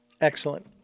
Excellent